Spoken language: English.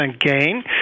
gain